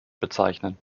bezeichnen